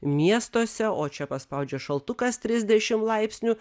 miestuose o čia paspaudžia šaltukas trisdešim laipsnių